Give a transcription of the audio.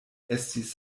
estis